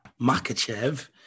Makachev